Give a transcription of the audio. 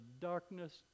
darkness